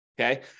Okay